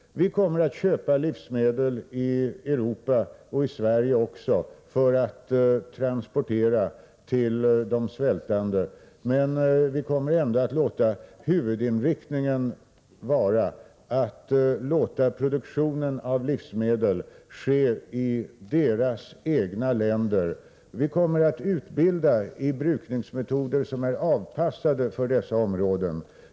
Vi kommer att köpa livsmedel i Europa, och även här i Sverige, för transport till de svältande människorna. Men huvudinriktningen kommer ändå att vara att låta produktionen av livsmedel ske i de svältande människornas egna länder. Vi kommer att låta människorna få utbildning så att de lär sig de brukningsmetoder som är avpassade för de drabbade områdena.